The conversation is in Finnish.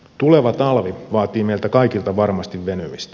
tuleva talvi vaatii meiltä kaikilta varmasti venymistä